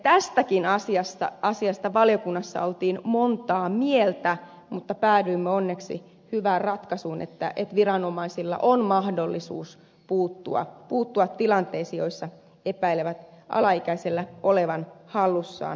tästäkin asiasta valiokunnassa oltiin montaa mieltä mutta päädyimme onneksi hyvään ratkaisuun että viranomaisilla on mahdollisuus puuttua tilanteisiin joissa epäilevät alaikäisellä olevan hallussaan alkoholia